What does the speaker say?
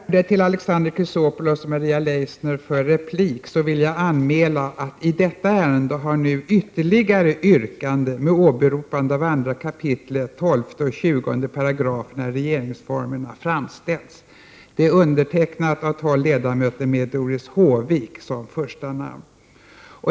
Innan jag lämnar ordet till Alexander Chrisopoulos och Maria Leissner för repliker vill jag anmäla att i detta ärende har nu ytterligare yrkande med åberopande av 2 kap. 12 och 20 §§ regeringsformen framställts. Det är undertecknat av 12 ledamöter med Doris Håvik som första namn.